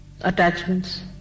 attachments